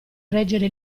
reggere